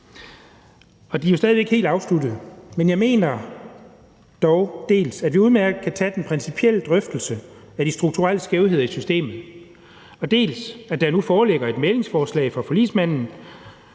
De er jo stadig ikke helt afsluttet, men jeg mener dog, at vi udmærket kan tage den principielle drøftelse af de strukturelle skævheder i systemet. Nu foreligger der også et mæglingsforslag fra forligsmanden